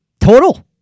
Total